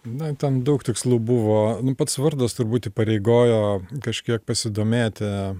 na ten daug tikslų buvo nu pats vardas turbūt įpareigojo kažkiek pasidomėti